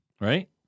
Right